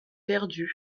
perdu